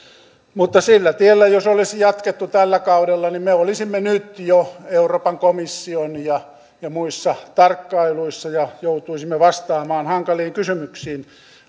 jos sillä tiellä olisi jatkettu tällä kaudella niin me olisimme nyt jo euroopan komission ja muissa tarkkailuissa ja joutuisimme vastaamaan hankaliin kysymyksiin